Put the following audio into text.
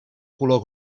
color